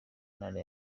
ntara